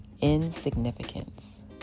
insignificance